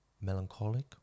melancholic